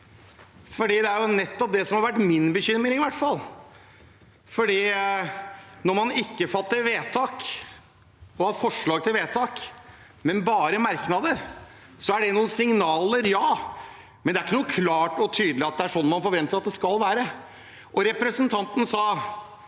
for det er jo nettopp det som har vært min bekymring, i hvert fall. Når man ikke fatter vedtak, og har forslag til vedtak, men bare merknader, så er det noen signaler, ja, men det er ikke klart og tydelig at det er sånn man forventer at det skal være. Representanten sa: